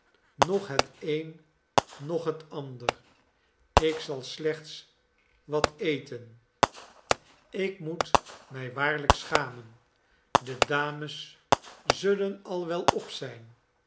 noch het een noch het ander ik zal slechts wat eten ik moet mij waarlijk schamen de dames zullen al wel op zijn